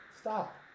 stop